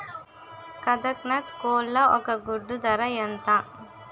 కదక్నత్ కోళ్ల ఒక గుడ్డు ధర ఎంత?